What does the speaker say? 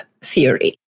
theory